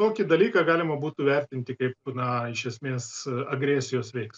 tokį dalyką galima būtų vertinti kaip na iš esmės agresijos veiks